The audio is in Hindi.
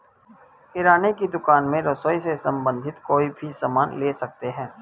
किराने की दुकान में रसोई से संबंधित कोई भी सामान ले सकते हैं